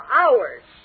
hours